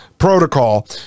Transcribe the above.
Protocol